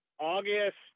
August